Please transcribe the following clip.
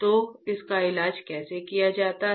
तो इसका इलाज कैसे किया जाता है